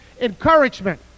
encouragement